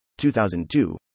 2002